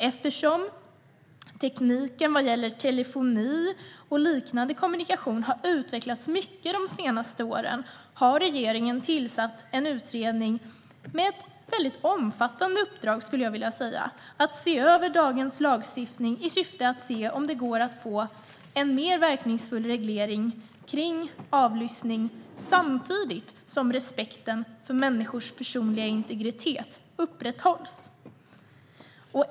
Eftersom tekniken vad gäller telefoni och liknande kommunikation har utvecklats mycket de senaste åren har regeringen tillsatt en utredning med ett omfattande uppdrag. Utredningen ska se över dagens lagstiftning i syfte att se om det går att få en mer verkningsfull reglering för avlyssning samtidigt som respekten för den personliga integriteten upprätthålls.